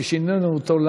ששינינו אותו.